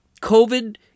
COVID